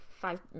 five